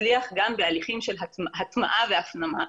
יצליח גם בהליכים של הטמעה והפנמה.